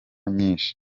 nyinshi